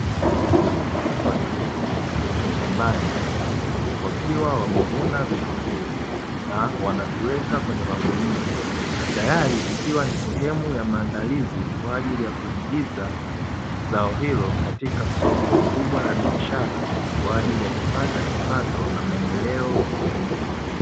Wakulima walikusanyika shambani wakiwa wamevuna vitunguu na, wanaviweka kwenye magunia tayari ikiwa ni sehemu ya maandalizi, kwaajili ya kuingiza zao hilo katika soko. kubwa la biashara kwajili ya kupata kipato na maendeleo kiuchumi.